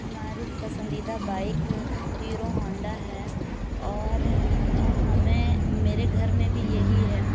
ہماری پسندیدہ bike Hero Honda ہے اور ہمیں میرے گھر میں بھی یہی ہے